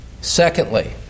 secondly